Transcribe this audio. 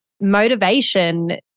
motivation